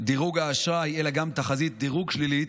דירוג האשראי אלא גם תחזית דירוג שלילית,